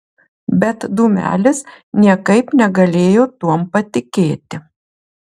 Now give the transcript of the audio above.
bet dūmelis niekaip negalėjo tuom patikėti